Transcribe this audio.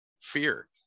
fear